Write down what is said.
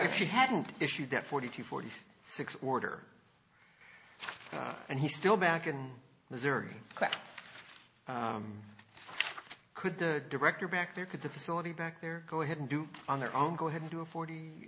you hadn't issued that forty two forty six order and he still back in missouri could the director back there could the facility back there go ahead and do on their own go ahead and do a forty